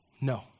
no